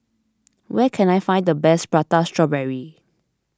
where can I find the best Prata Strawberry